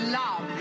love